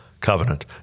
covenant